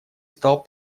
стал